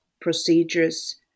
procedures